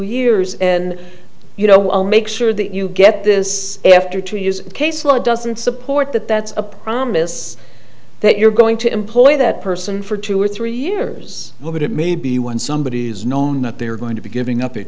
years and you know we'll make sure that you get this after two years case law doesn't support that that's a promise that you're going to employ that person for two or three years will get it maybe one somebodies known that they're going to be giving up a